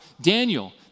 Daniel